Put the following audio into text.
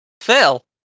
Phil